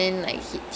mm